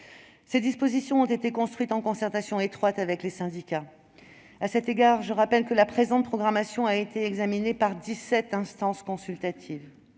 Ces dispositions ont été construites en concertation étroite avec les syndicats. À cet égard, je rappelle que la présente programmation a été examinée par dix-sept instances consultatives.